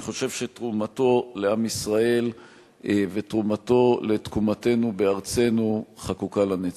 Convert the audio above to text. אני חושב שתרומתו לעם ישראל ותרומתו לתקומתנו בארצנו חקוקות לנצח.